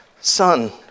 Son